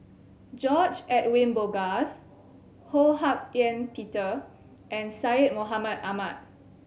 George Edwin Bogaars Ho Hak Ean Peter and Syed Mohamed Ahmed